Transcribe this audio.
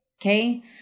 okay